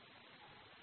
तर मला ते साफ करू दे